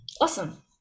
awesome